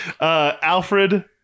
Alfred